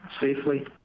safely